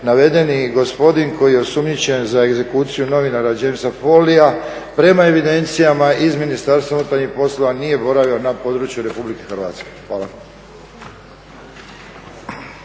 navedeni gospodin koji je osumnjičen za egzekuciju novinara Jamesa Foleya prema evidencijama iz Ministarstva unutarnji poslova nije boravio na području Republike Hrvatske. Hvala.